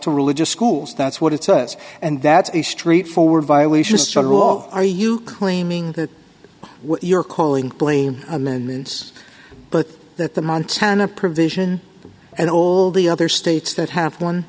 to religious schools that's what it says and that's a straightforward violation strider law are you claiming that what you're calling plain amendments but that the montana provision and all the other states that have done